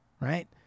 Right